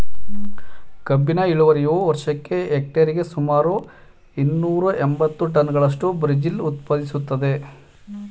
ಕಬ್ಬಿನ ಇಳುವರಿಯು ವರ್ಷಕ್ಕೆ ಹೆಕ್ಟೇರಿಗೆ ಸುಮಾರು ಇನ್ನೂರ ಎಂಬತ್ತು ಟನ್ಗಳಷ್ಟು ಬ್ರೆಜಿಲ್ ಉತ್ಪಾದಿಸ್ತದೆ